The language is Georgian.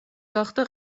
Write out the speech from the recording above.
გახდა